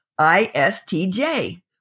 ISTJ